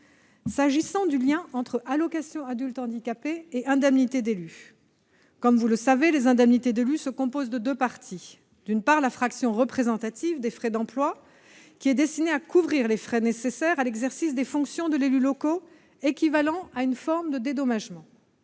S'agissant du lien entre allocation aux adultes handicapés et indemnités d'élu, comme vous le savez, ces dernières se décomposent en deux parties. La fraction représentative des frais d'emploi est destinée à couvrir les frais nécessaires à l'exercice des fonctions des élus locaux, équivalant à une forme de dédommagement.